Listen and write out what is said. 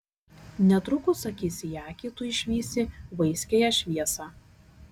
netrukus akis į akį tu išvysi vaiskiąją šviesą